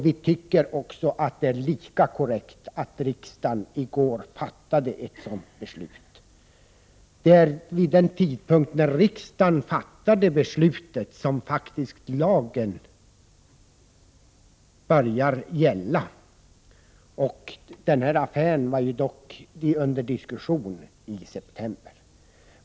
Vi tycker också att det är lika korrekt att riksdagen i går fattade ett sådant beslut. Det är sedan riksdagen har fattat beslut som lagen kan börja gälla. Den aktuella affären var under diskussion i september.